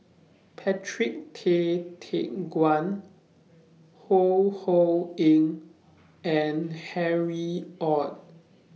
Patrick Tay Teck Guan Ho Ho Ying and Harry ORD